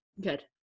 Good